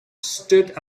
stood